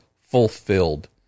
fulfilled